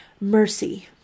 mercy